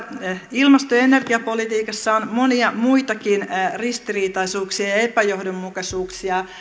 ilmasto ja energiapolitiikassa on monia muitakin ristiriitaisuuksia ja ja epäjohdonmukaisuuksia